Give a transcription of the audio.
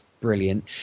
brilliant